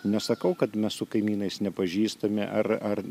nesakau kad mes su kaimynais nepažįstami ar ar